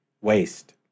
waste